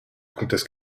comtesse